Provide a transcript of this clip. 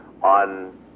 on